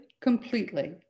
completely